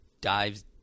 dives